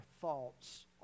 thoughts